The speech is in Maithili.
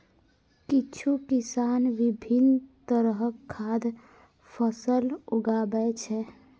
किछु किसान विभिन्न तरहक खाद्य फसल उगाबै छै